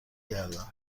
گردم